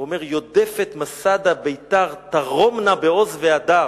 הוא אומר: יודפת, מסדה, ביתר, תרומנה בעוז והדר.